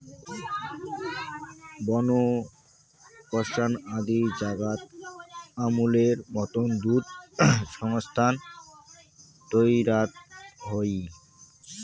পরবর্তী কালত সুরাট, ভাদোদরা, বনস্কন্থা আদি জাগাত আমূলের মতন দুধ সংস্থা তৈয়ার হই